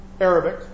Arabic